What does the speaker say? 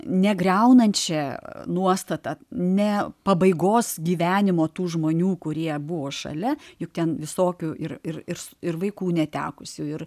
negriaunančia nuostata ne pabaigos gyvenimo tų žmonių kurie buvo šalia juk ten visokių ir ir ir ir vaikų netekusių ir